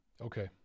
Okay